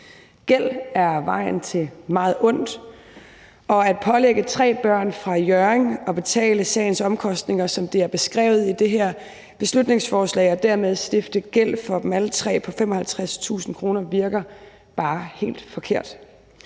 Gæld er vejen til meget ondt, og at pålægge tre børn fra Hjørring at betale sagens omkostninger på 55.000 kr., som det er beskrevet i det her beslutningsforslag, så de dermed alle tre stifter gæld, virker bare helt forkert.